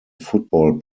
football